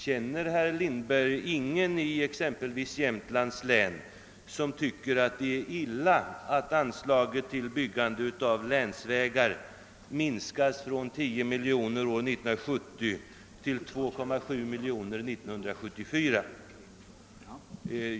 Känner herr Lindberg inte någon i exempelvis Jämtlands län som tycker att det är illa att anslaget till byggande av länsvägar minskas från 10 miljoner kronor år 1970 till 2,7 miljoner år 1974?